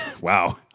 Wow